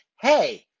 hey